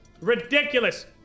Ridiculous